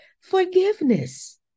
forgiveness